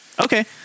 okay